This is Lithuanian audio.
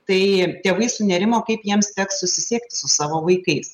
tai tėvai sunerimo kaip jiems teks susisiekt su savo vaikais